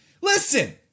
Listen